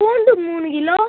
பூண்டு மூணு கிலோ